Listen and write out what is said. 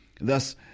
Thus